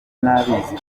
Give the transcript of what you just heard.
ntabizi